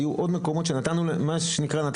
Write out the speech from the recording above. היו עוד מקומות שנתנו שירות.